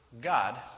God